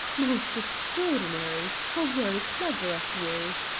most extraordinary! how very clever of you!